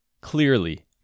Clearly